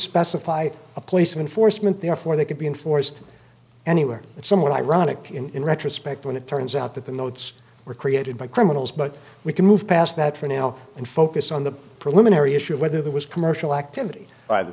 specify a policeman foresman therefore they could be enforced anywhere it somewhat ironic in retrospect when it turns out that the notes were created by criminals but we can move past that for now and focus on the preliminary issue of whether there was commercial activity by the